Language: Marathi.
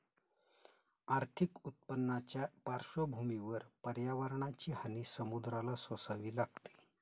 आर्थिक उत्पन्नाच्या पार्श्वभूमीवर पर्यावरणाची हानी समुद्राला सोसावी लागते